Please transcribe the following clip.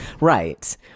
Right